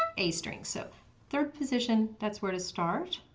a string. so third position, that's where to start.